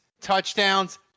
touchdowns